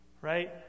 right